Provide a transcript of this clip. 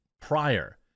prior